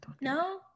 No